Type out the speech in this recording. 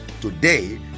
today